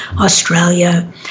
Australia